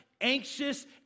anxious